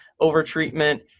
over-treatment